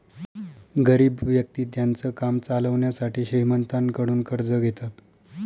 गरीब व्यक्ति त्यांचं काम चालवण्यासाठी श्रीमंतांकडून कर्ज घेतात